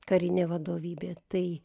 karinė vadovybė tai